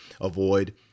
avoid